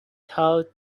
thought